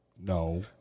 No